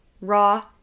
raw